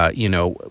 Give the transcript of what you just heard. ah you know,